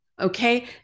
okay